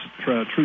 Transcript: true